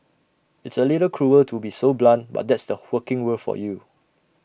it's A little cruel to be so blunt but that's the working world for you